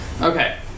Okay